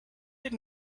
did